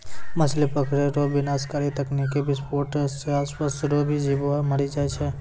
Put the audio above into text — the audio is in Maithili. मछली पकड़ै रो विनाशकारी तकनीकी विसफोट से आसपास रो भी जीब मरी जाय छै